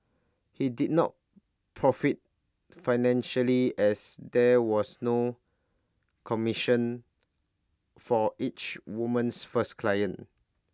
he did not profit financially as there was no commission for each woman's first client